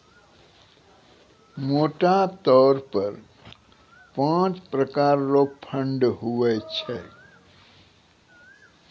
मोटा तौर पर पाँच प्रकार रो फंड हुवै छै